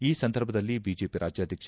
ಈ ಸಂದರ್ಭದಲ್ಲಿ ಬಿಜೆಪಿ ರಾಜ್ಯಾಧ್ಯಕ್ಷ